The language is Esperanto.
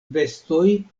bestoj